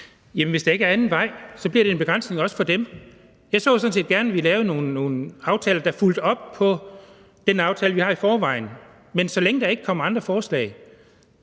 hvis ikke der er anden vej, bliver det en begrænsning også for dem. Jeg så sådan set gerne, at vi lavede nogle aftaler, der fulgte op på den aftale, vi har i forvejen, men så længe der ikke kommer andre forslag,